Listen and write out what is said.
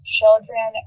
children